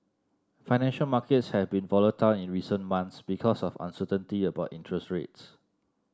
financial markets have been volatile in recent months because of uncertainty about interest rates